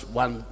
one